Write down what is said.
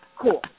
cool